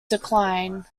decline